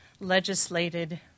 legislated